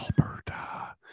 Alberta